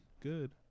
Good